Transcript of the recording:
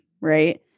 Right